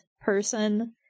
person